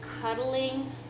cuddling